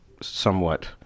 somewhat